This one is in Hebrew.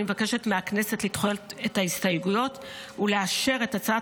אני מבקשת מהכנסת לדחות את ההסתייגויות ולאשר את הצעת